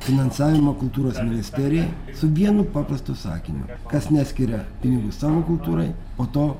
finansavimą kultūros ministerijai su vienu paprastu sakiniu kas neskiria pinigų savo kultūrai po to